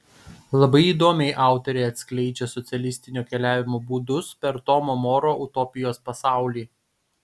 labai įdomiai autorė atskleidžia socialistinio keliavimo būdus per tomo moro utopijos pasaulį